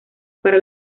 para